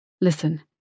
Listen